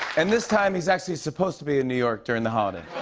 and this time, he's actually supposed to be in new york during the holidays.